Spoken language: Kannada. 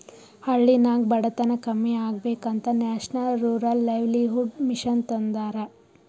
ಹಳ್ಳಿನಾಗ್ ಬಡತನ ಕಮ್ಮಿ ಆಗ್ಬೇಕ ಅಂತ ನ್ಯಾಷನಲ್ ರೂರಲ್ ಲೈವ್ಲಿಹುಡ್ ಮಿಷನ್ ತಂದಾರ